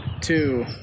two